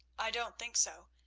i don't think so,